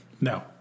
No